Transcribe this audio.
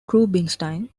rubinstein